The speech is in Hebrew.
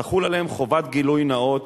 תחול עליהם חובת גילוי נאות